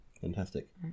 Fantastic